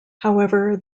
however